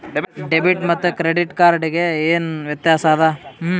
Debit ಮತ್ತ credit card ಗೆ ಏನ ವ್ಯತ್ಯಾಸ ಆದ?